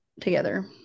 together